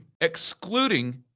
excluding